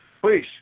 Please